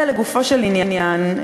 לגופו של עניין,